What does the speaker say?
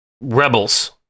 rebels